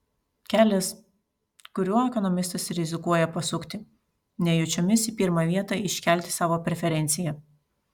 kelias kuriuo ekonomistas rizikuoja pasukti nejučiomis į pirmą vietą iškelti savo preferenciją